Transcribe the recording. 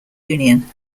union